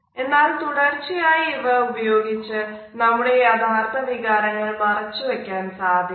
എന്നാൽ തുടർച്ചയായി ഇവ ഉപയോഗിച്ച് നമ്മുടെ യഥാർത്ഥ വികാരങ്ങൾ മറച്ചു വയ്ക്കാൻ ആകില്ല